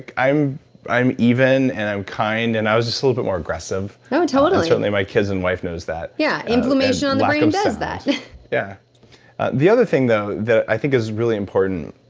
like i'm i'm even and i'm kind, and i was just a little bit more aggressive oh totally certainly, my kids and wife noticed that yeah. inflammation on the brain um does that yeah the other thing though, that i think is really important,